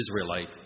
Israelite